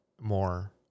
more